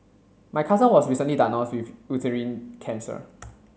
my cousin was recently diagnosed with uterine cancer